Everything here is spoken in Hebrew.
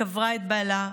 קברה את בעלה,